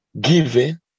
given